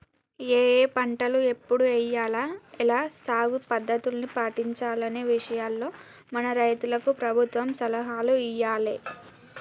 ఏఏ పంటలు ఎప్పుడు ఎయ్యాల, ఎలా సాగు పద్ధతుల్ని పాటించాలనే విషయాల్లో మన రైతులకు ప్రభుత్వం సలహాలు ఇయ్యాలే